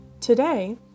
Today